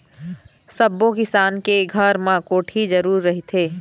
सब्बो किसान के घर म कोठी जरूर रहिथे